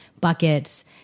buckets